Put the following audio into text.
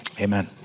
amen